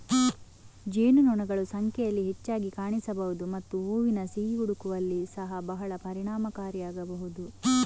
ಜೇನುನೊಣಗಳು ಸಂಖ್ಯೆಯಲ್ಲಿ ಹೆಚ್ಚಾಗಿ ಕಾಣಿಸಬಹುದು ಮತ್ತು ಹೂವಿನ ಸಿಹಿ ಹುಡುಕುವಲ್ಲಿ ಸಹ ಬಹಳ ಪರಿಣಾಮಕಾರಿಯಾಗಬಹುದು